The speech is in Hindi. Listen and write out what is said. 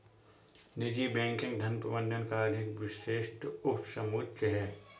निजी बैंकिंग धन प्रबंधन का अधिक विशिष्ट उपसमुच्चय है